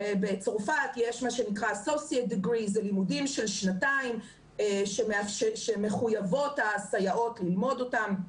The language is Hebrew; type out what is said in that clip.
בצרפת יש לימודים של שנתיים שמחויבות הסייעות ללמוד אותם.